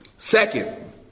Second